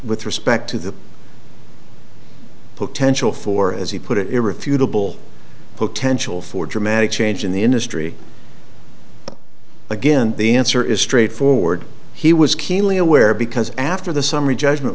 with respect to the potential for as he put it irrefutable potential for dramatic change in the industry again the answer is straightforward he was keenly aware because after the summary judgment